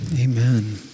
Amen